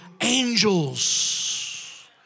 angels